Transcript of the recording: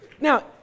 Now